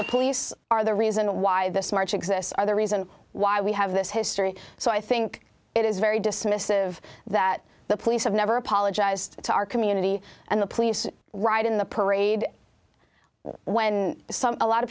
the police are the reason why this march exists are the reason why we have this history so i think it is very dismissive that the police have never apologized to our community and the police right in the parade when some a lot of